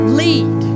lead